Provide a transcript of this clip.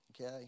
Okay